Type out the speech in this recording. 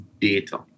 data